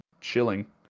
chilling